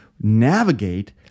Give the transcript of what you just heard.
navigate